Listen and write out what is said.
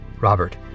Robert